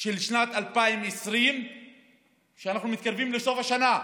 לשנת 2020 כשאנחנו מתקרבים לסוף השנה.